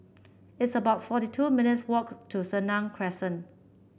it's about forty two minutes' walk to Senang Crescent